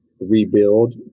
rebuild